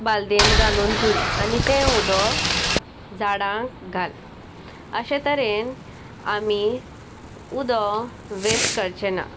बालदेंत घालून धूंय आनी तें उदो झाडांक घाल अशें तरेन आमी उदक वेस्ट करचे ना